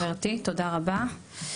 תודה חברתי, תודה רבה.